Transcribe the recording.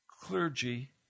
clergy